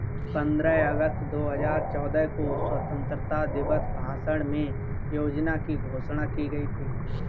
पन्द्रह अगस्त दो हजार चौदह को स्वतंत्रता दिवस भाषण में योजना की घोषणा की गयी थी